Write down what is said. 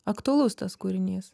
aktualus tas kūrinys